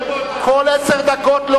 כל עשר דקות.